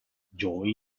joey